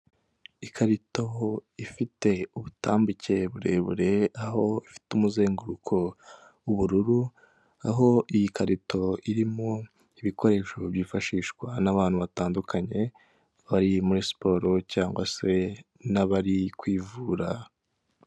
Ikarito ifite ubutambike burebure, aho ifite umuzenguruko w'ubururu, aho iyi karito irimo ibikoresho byifashishwa n'abantu batandukanye, bari muri siporo cyangwa se n'abari kwivura.